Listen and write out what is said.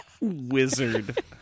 Wizard